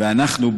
ואנחנו,